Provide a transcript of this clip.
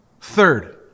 Third